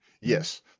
Yes